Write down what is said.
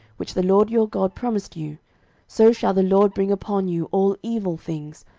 which the lord your god promised you so shall the lord bring upon you all evil things,